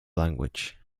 language